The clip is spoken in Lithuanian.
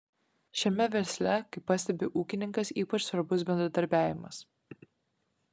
šiame versle kaip pastebi ūkininkas ypač svarbus bendradarbiavimas